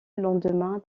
lendemain